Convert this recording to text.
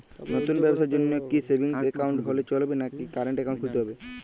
নতুন ব্যবসার জন্যে কি সেভিংস একাউন্ট হলে চলবে নাকি কারেন্ট একাউন্ট খুলতে হবে?